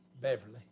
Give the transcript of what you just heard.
Beverly